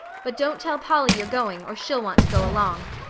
but don't tell polly you're going, or she'll want to go along.